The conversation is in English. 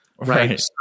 right